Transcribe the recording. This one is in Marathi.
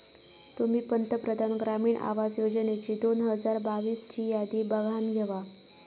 तुम्ही पंतप्रधान ग्रामीण आवास योजनेची दोन हजार बावीस ची यादी बघानं घेवा